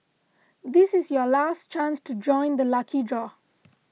this is your last chance to join the lucky draw